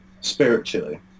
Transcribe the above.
spiritually